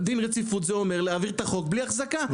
דין רציפות זה אומר להעביר את החוק בלי החזקה,